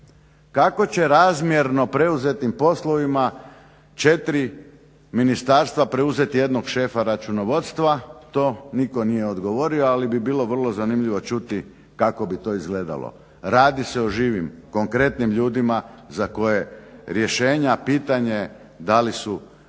Kako će razmjerno preuzetim poslovima 4 ministarstva preuzeti jednog šefa računovodstva, to nitko nije odgovorio ali bi bilo vrlo zanimljivo čuti kako bi to izgledalo. Radi se o živim, konkretnim ljudima za koje rješenja, a pitanje da li su